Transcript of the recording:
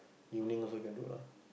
evening also can do lah